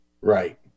right